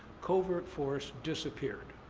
covert force disappeared.